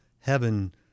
heaven